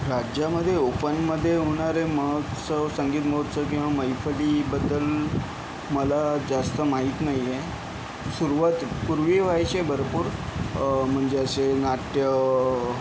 राज्यामध्ये ओपनमध्ये होणारे महोत्सव संगीत महोत्सव किंवा मैफलीबद्दल मला जास्त माहित नाही आहे सुरुवात पूर्वी व्हायचे भरपूर म्हणजे असे नाट्य